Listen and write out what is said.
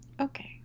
okay